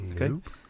Okay